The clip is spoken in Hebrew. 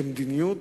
כמדיניות,